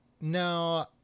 no